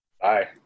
bye